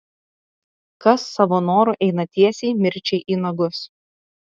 kas savo noru eina tiesiai mirčiai į nagus